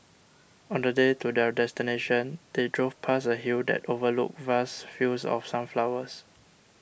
on the day to their destination they drove past a hill that overlooked vast fields of sunflowers